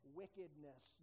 wickedness